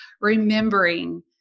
remembering